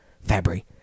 Fabry